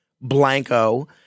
blanco